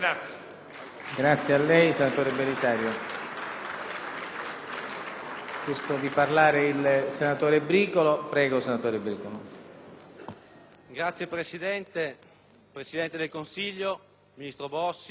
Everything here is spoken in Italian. Signor Presidente, Presidente del Consiglio, ministro Bossi, Ministri, rappresentanti del Governo, colleghi senatori,